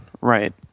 Right